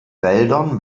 wäldern